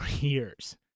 years